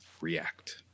React